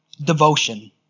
devotion